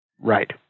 Right